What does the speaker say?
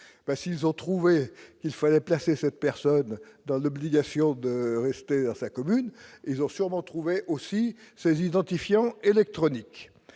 ils ont trouvé qu'il faudrait placer cette personne dans l'obligation de rester dans sa commune, ils ont sûrement trouvé aussi ses identifiants. électronique